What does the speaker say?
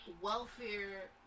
welfare